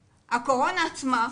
לקורונה.